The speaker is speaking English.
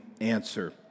answer